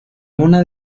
una